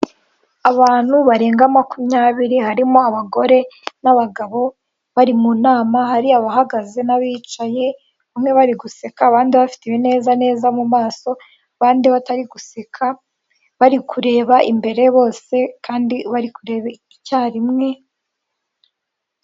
Abantu barenga makumyabiri harimo abagore n'abagabo bari mu nama, hari abahagaze n'abicaye, bamwe bari guseka abandi bafite ibinezaneza mu maso, abandi, batari guseka bari kureba imbere bose kandi bari kureba icyarimwe.